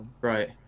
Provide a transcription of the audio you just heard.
Right